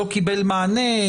לא קיבל מענה,